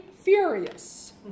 furious